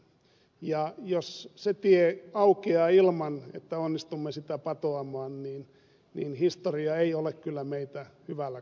ja jos se tie aukeaa ilman että onnistumme sitä patoamaan niin historia ei ole kyllä meitä hyvällä katsova